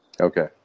Okay